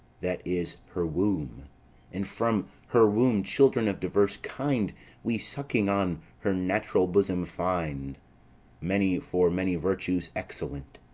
that is her womb and from her womb children of divers kind we sucking on her natural bosom find many for many virtues excellent,